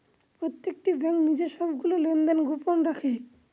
প্রত্যেকটি ব্যাঙ্ক নিজের সবগুলো লেনদেন গোপন রাখে